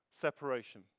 separation